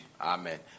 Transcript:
Amen